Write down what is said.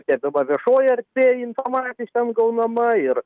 stebima viešoji erdvė informacija iš ten gaunama ir